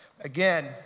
Again